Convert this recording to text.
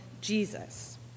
Jesus